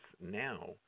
now